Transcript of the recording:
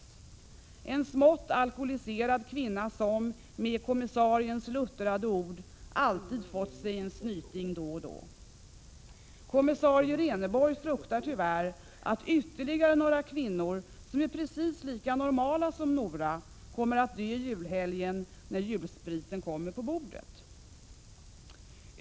Hon är en smått alkoholiserad kvinna som, med kommissariens luttrade ord, ”alltid fått sig en snyting då och då”. Kommissarie Reneborg fruktar tyvärr att ytterligare några kvinnor, som är precis lika normala som Nora, kommer att dö i julhelgen när julspriten kommer på bordet.